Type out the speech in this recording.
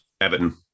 Everton